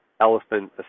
elephant